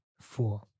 four